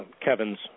Kevin's